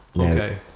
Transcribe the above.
okay